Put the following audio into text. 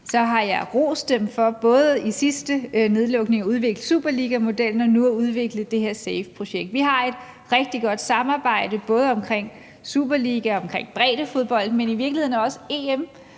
jeg har rost dem for både i sidste nedlukning at udvikle Superligamodellen og nu at udvikle det her SAFE-projekt. Vi har et rigtig godt samarbejde både omkring superligaen og omkring breddefodbolden, men i virkeligheden også EM,